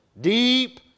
Deep